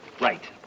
Right